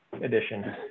edition